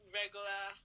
regular